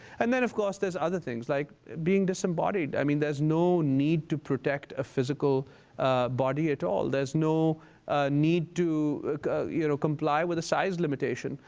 and then, of course, there's other things, like being disembodied. i mean, there's no need to protect a physical body at all. there's no need to you know comply with a size limitation.